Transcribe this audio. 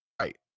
right